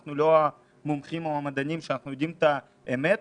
אנחנו לא המומחים או המדענים שיודעים את האמת,